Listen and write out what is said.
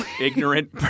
ignorant